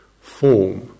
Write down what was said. form